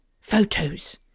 Photos